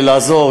מתחייב לעזור.